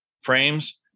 frames